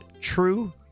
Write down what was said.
True